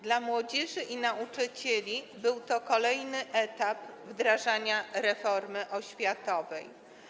Dla młodzieży i nauczycieli był to kolejny etap wdrażania reformy oświatowej.